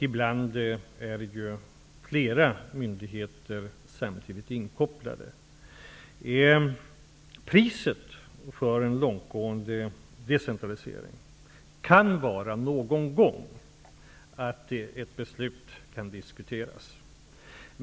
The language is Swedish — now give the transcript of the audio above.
Ibland är flera myndigheter inkopplade samtidigt. Priset för en långtgående decentralisering kan någon gång vara att ett beslut kan diskuteras.